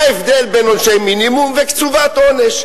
מה ההבדל בין עונשי מינימום וקצובת עונש.